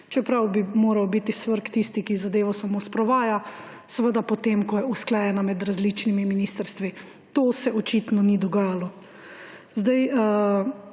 čeprav bi moral biti SVRK tisti, ki zadevo samo sprovaja, seveda potem ko je usklajena med različnimi ministrstvi. To se očitno ni dogajalo.